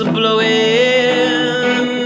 blowing